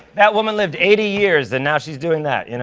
that woman lived eighty years, and now she's doing that, you know?